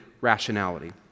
rationality